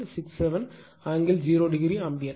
67 angle 0o ampere